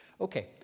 Okay